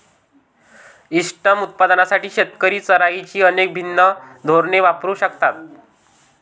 इष्टतम उत्पादनासाठी शेतकरी चराईची अनेक भिन्न धोरणे वापरू शकतात